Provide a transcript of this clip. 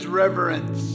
reverence